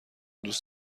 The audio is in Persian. دوست